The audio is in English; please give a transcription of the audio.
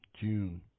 June